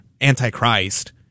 anti-Christ